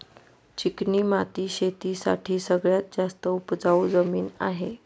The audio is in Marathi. चिकणी माती शेती साठी सगळ्यात जास्त उपजाऊ जमीन आहे